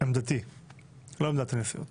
מכסות ושקיפות